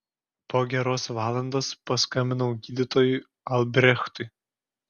po geros valandos paskambinau gydytojui albrechtui